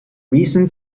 recent